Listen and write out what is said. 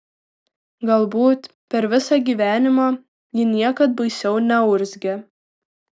galbūt per visą gyvenimą ji niekad baisiau neurzgė